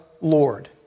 Lord